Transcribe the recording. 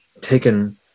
taken